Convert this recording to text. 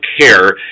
care